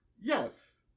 yes